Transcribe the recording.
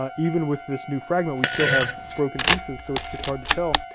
um even with this new fragment, we still have broken pieces, so it's it's hard to tell,